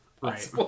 Right